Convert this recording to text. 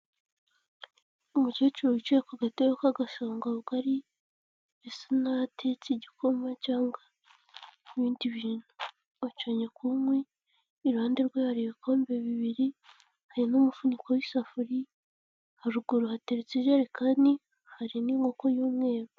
Umukecuru wicaye ku gatebe k'agasongabugari, bisa naho atetse igikoma cyangwa ibindi bintu, acanye ku nkwi, iruhande rwe hari ibikombe bibiri hari n'umufuniko w'isafuriya, haruguru hateretse ijerekani hari n'inkoko y'umweru.